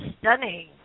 stunning